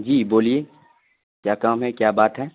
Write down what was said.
جی بولیے کیا کام ہے کیا بات ہے